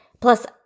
Plus